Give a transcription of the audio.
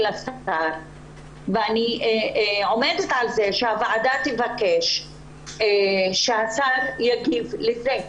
אני עומדת על כך שהוועדה תבקש שהשר יגיב לזה.